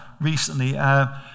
recently